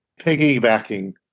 piggybacking